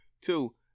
Two